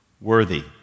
worthy